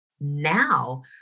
now